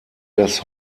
das